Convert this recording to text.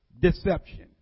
deception